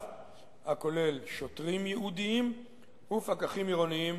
הכולל שוטרים ייעודיים ופקחים עירוניים